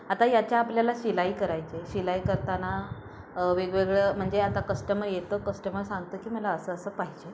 आता याच्या आपल्याला शिलाई करायचे आहे शिलाई करताना वेगवेगळं म्हणजे आता कस्टमर येतं कस्टमर सांगतं की मला असं असं पाहिजे